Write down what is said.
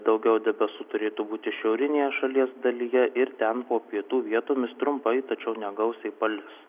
daugiau debesų turėtų būti šiaurinėje šalies dalyje ir ten po pietų vietomis trumpai tačiau negausiai palis